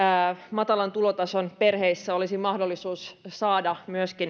matalan tulotason perheissä olisi mahdollisuus saada